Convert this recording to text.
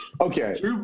Okay